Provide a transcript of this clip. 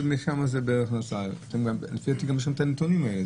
צריך לקבל את הנתונים האלה.